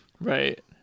Right